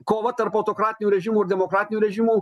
kova tarp autokratinių režimų ir demokratinių režimų